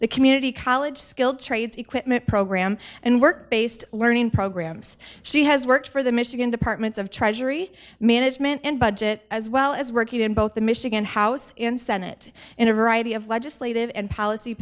the community college skilled trades equipment program and work based learning programs she has worked for the michigan department of treasury management and budget as well as working in both the michigan house in senate in a variety of legislative and policy